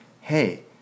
hey